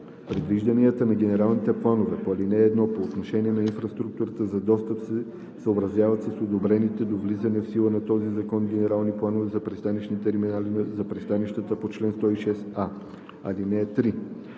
Предвижданията на генералните планове по ал. 1 по отношение на инфраструктурата за достъп се съобразяват с одобрените до влизането в сила на този закон генерални планове за пристанищни терминали на пристанище по чл. 106а.“